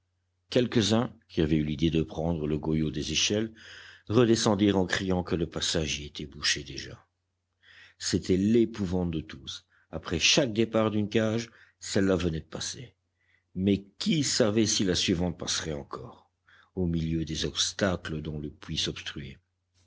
quelques-uns qui avaient eu l'idée de prendre le goyot des échelles redescendirent en criant que le passage y était bouché déjà c'était l'épouvante de tous après chaque départ d'une cage celle-là venait de passer mais qui savait si la suivante passerait encore au milieu des obstacles dont le puits